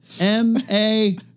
m-a